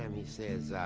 and he says,